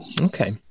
Okay